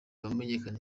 wamenyekanye